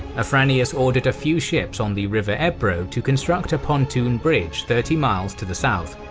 afranius ordered a few ships on the river ebro to construct a pontoon bridge thirty miles to the south,